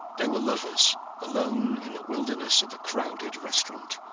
they were lovers alone in the wilderness of the crowded restaurant.